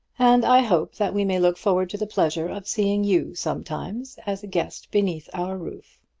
and i hope that we may look forward to the pleasure of seeing you sometimes as a guest beneath our roof.